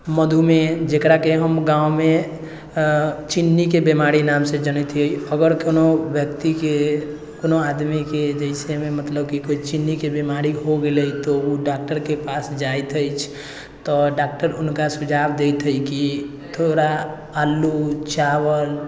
मधुमेह जेकराके हम गाँवमे चिन्नीके बीमारी नामसँ जानैत हइ अगर कोनो व्यक्तिके कोनो आदमीके जैसेमे मतलब की चिन्नीके बीमारी हो गेलै तऽ उ डॉक्टरके पास जाइत अछि तऽ डॉक्टर हुनका सुझाव दैत हइ की थोड़ा अल्लू चावल